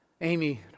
Amy